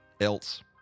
else